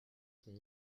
son